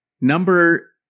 Number